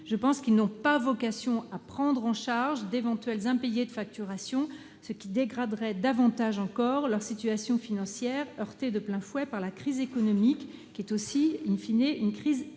je pense qu'ils n'ont pas vocation à prendre en charge d'éventuels impayés de facturation, ce qui dégraderait davantage encore leur situation financière déjà heurtée de plein fouet par la crise économique, qui est aussi une crise énergétique.